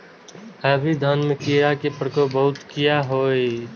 Hybrid धान में कीरा के प्रकोप बहुत किया होया?